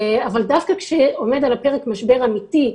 אבל דווקא כשעומד על הפרק משבר אמיתי,